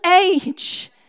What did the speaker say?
age